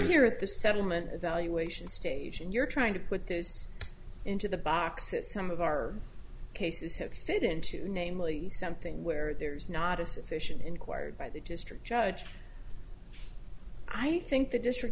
here at this settlement evaluation stage and you're trying to put those into the box at some of our cases have fit into namely something where there's not a sufficient inquired by the district judge i think the district